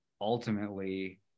ultimately